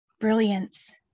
brilliance